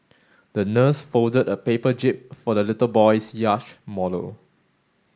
the nurse folded a paper jib for the little boy's yacht model